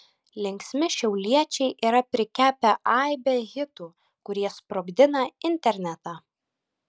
linksmi šiauliečiai yra prikepę aibę hitų kurie sprogdina internetą